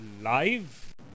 live